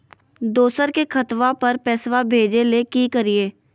दोसर के खतवा पर पैसवा भेजे ले कि करिए?